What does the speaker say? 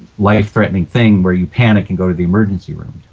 life-threatening thing where you panic and go to the emergency room,